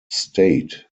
state